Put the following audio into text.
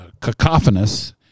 cacophonous